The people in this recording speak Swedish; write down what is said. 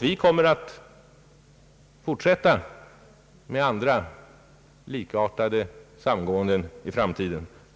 Vi kommer i framtiden att fortsätta med andra likartade samgåenden.